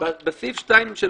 בסעיף 2(3),